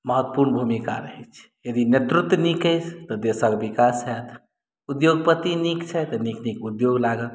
महत्वपूर्ण भूमिका रहैत छै यदि नेतृत्व नीक अछि तऽ देशके विकास हैत उद्योगपति नीक छथि तऽ नीक नीक उद्योग लागत